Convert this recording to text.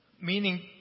Meaning